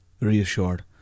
reassured